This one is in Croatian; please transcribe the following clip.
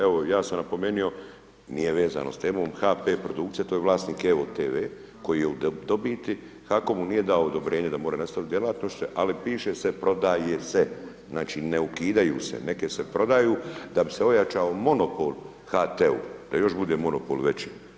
Evo, ja sam napomenuo, nije vezano uz temu HP produkcija to je vlasnik EVO TV koji je u dobiti, HAKOM mu nije dao odobrenje da mora nastaviti djelatnost ali piše se prodaje se, znači ne ukidaju se, neke se prodaju da bi se ojačao monopol HT-u, da još bude monopol veći.